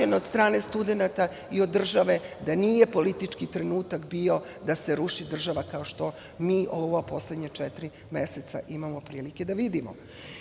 od strane studenata i od države da nije politički trenutak bio da se ruši država, kao što mi u ova poslednja četiri meseca imamo prilike da vidimo.